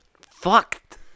Fucked